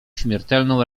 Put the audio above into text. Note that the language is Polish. śmiertelną